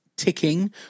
Ticking